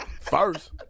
first